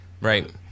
Right